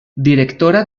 directora